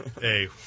Hey